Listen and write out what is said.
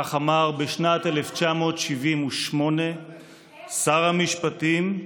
כך אמר בשנת 1978 שר המשפטים.